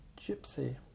Gypsy